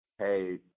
hey